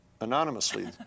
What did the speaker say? anonymously